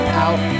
out